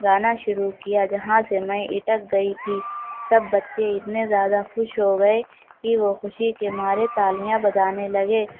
گانا شروع کیا جہاں سے میں اٹک گئی تھی سب بچے اتنے زیادہ خوش ہو گئے کہ وہ خوشی کے مارے تالیاں بجانے لگے